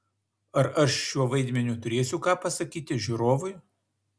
ar aš šiuo vaidmeniu turėsiu ką pasakyti žiūrovui